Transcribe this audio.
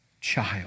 child